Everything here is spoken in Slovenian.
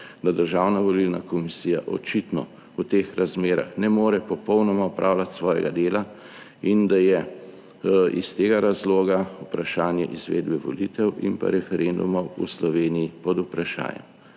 Da Državna volilna komisija očitno v teh razmerah ne more popolnoma opravljati svojega dela in da je iz tega razloga vprašanje izvedbe volitev in referendumov v Sloveniji pod vprašajem.